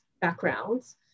backgrounds